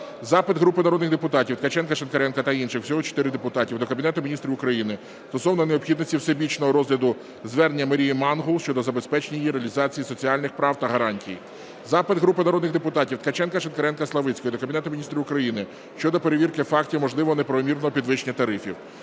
Запит групи народних депутатів (Ткаченка, Шинкаренка та інших. Всього 4 депутатів) до Кабінету Міністрів України стосовно необхідності всебічного розгляду звернення Марії Мангул, щодо забезпечення їй реалізації соціальних прав та гарантій. Запит групи народних депутатів (Ткаченка, Шинкаренка, Славицької) до Кабінету Міністрів України щодо перевірки фактів можливого неправомірного підвищення тарифів.